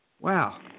wow